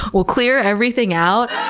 we'll clear everything out,